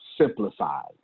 Simplified